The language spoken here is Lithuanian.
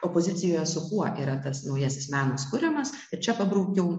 opozicijoje su kuo yra tas naujasis menas kuriamas čia pabraukiau